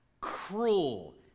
cruel